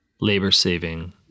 labor-saving